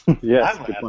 Yes